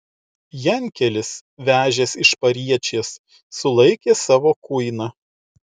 jankelis vežęs iš pariečės sulaikė savo kuiną